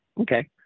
Okay